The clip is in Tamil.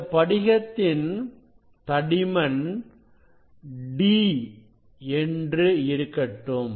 இந்தப் படிகத்தின் தடிமன் d என்று இருக்கட்டும்